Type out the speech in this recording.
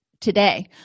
today